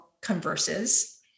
converses